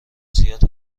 زیاد